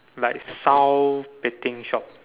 like SAL betting shop